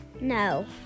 No